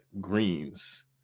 Greens